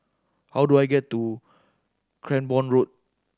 how do I get to Cranborne Road